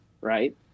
right